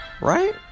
Right